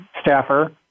staffer